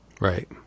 Right